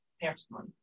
personally